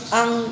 ang